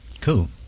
Cool